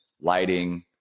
lighting